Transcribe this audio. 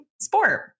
sport